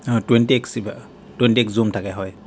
অঁ twenty X কিবা twenty X zoom থাকে হয়